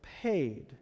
paid